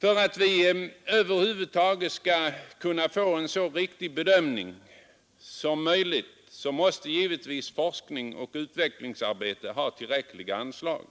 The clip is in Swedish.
För att vi över huvud taget skall kunna göra en så riktig bedömning som möjligt måste givetvis forskningsoch utvecklingsarbetet ha tillräckliga anslag.